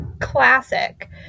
classic